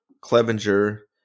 Clevenger